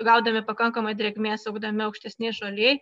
gaudami pakankamai drėgmės augdami aukštesnėj žolėj